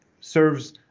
serves